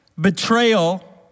betrayal